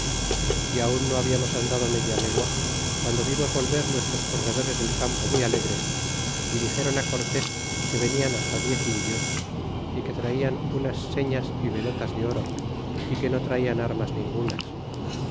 é aun no habiamos andado media legua piando vimos volver nuestros corredores del campo muy alegres y dixeron cortes que venian hasta diez indios y que traian unas señas y veletas de oro y que no tratan ar mas ningunas